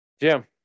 Jim